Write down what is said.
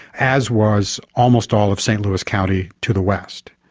as was almost all of st louis county to the west.